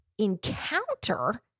encounter